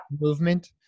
movement